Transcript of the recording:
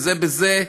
זה בזה?